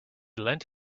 lent